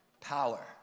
power